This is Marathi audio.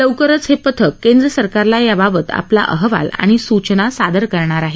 लवकरच हे पथक केंद्रसरकारला याबाबत आपला अहवाल आणि सूचना सादर करणार आहे